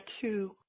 two